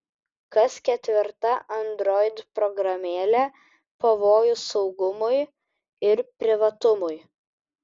kas ketvirta android programėlė pavojus saugumui ir privatumui